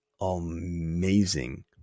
amazing